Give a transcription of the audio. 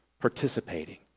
participating